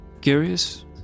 Curious